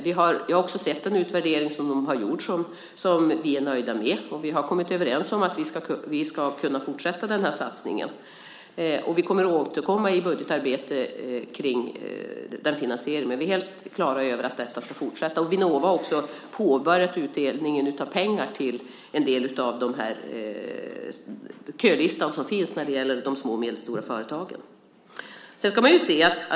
Jag har också sett en utvärdering som de har gjort som vi är nöjda med. Vi har kommit överens om att vi ska kunna fortsätta den här satsningen. Vi kommer att återkomma i budgetarbete kring den finansieringen, men vi är helt klara över att detta ska fortsätta. Vinnova har också påbörjat utdelningen av pengar till den kölista som finns när det gäller de små och medelstora företagen.